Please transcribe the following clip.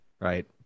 right